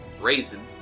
Raisin